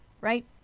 right